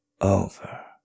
over